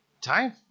time